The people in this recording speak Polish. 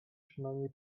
przynajmniej